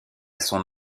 son